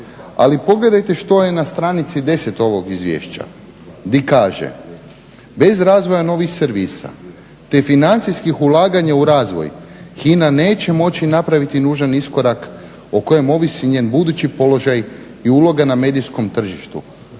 Ali pogledajte što je na stranici 10 ovog izvješća, di kaže bez razvoja novih servisa te financijskih ulaganja u razvoj, HINA neće moći napraviti nužan iskorak o kojem ovisi njen budući položaj i uloga na medijskom tržištu.